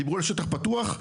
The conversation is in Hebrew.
דיברו על שטח פתוח?